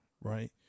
right